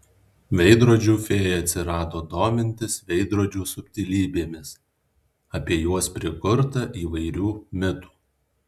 veidrodžių fėja atsirado domintis veidrodžių subtilybėmis apie juos prikurta įvairių mitų